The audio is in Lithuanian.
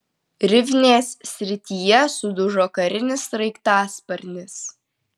rivnės srityje sudužo karinis sraigtasparnis